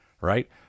right